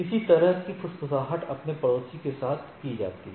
किसी तरह की फुसफुसाहट अपने पड़ोसी के साथ की जाती है